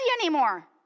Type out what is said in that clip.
anymore